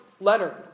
letter